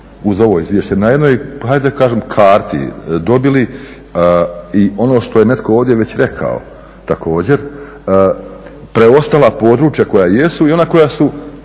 uz ovo izvješće na jednoj karti dobili i ono što je netko ovdje već rekao također, preostala područja koja jesu i ona koja su